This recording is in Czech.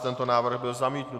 Tento návrh byl zamítnut.